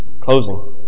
closing